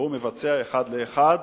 והוא מבצע אחד לאחד,